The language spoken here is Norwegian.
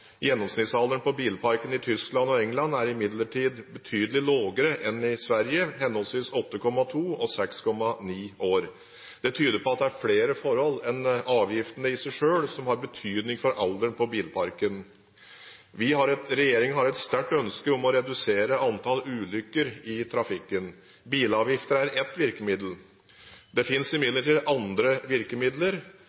Gjennomsnittsalderen på bilparken i Tyskland og England er imidlertid betydelig lavere enn i Sverige, henholdsvis 8,2 år og 6,9 år. Dette tyder på at det er flere forhold enn avgiftene i seg selv som har betydning for alderen på bilparken. Regjeringen har et sterkt ønske om å redusere antallet ulykker i trafikken. Bilavgifter er ett virkemiddel. Det